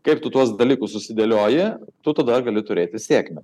kaip tu tuos dalykus susidėlioji tu tada gali turėti sėkmę